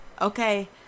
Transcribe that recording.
Okay